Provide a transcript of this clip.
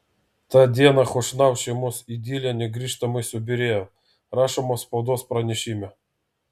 tą dieną chošnau šeimos idilė negrįžtamai subyrėjo rašoma spaudos pranešime